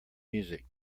music